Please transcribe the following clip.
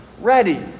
ready